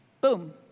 Boom